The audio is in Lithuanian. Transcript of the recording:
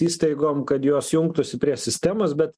įstaigom kad jos jungtųsi prie sistemos bet